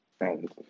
right